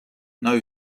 know